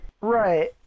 Right